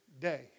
day